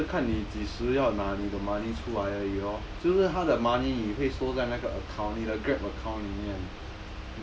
payment 就是看你几时要拿你的 money 出来而已哦就是他的 money 你会搜在那个 account 你的 Grab account 里面